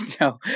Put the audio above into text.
No